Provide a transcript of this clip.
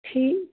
ٹھیٖک